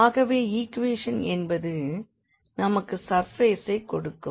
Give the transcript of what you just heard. ஆகவே ஈக்குவேஷன் என்பது நமக்கு சர்பேசை கொடுக்கும்